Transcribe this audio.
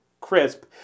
crisp